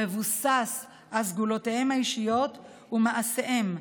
המבוסס על סגולותיהם האישיות ומעשיהם,